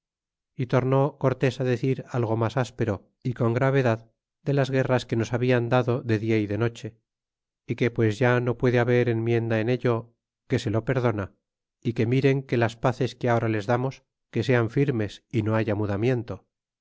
y tornó cortés á decir algo mas áspero y con gravedad de las guerras que nos habian dado de dia y de hache é que pues ya no puede haber enmienda en ello que se lo perdona y que miren que las pazes que ahora les damos que sean firmes y no haya mudamiento